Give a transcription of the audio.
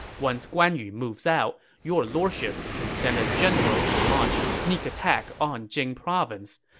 once guan yu moves out, your lordship can send a general to launch a sneak attack on jing province,